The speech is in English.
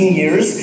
years